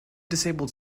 disabled